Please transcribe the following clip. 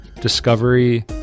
Discovery